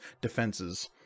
defenses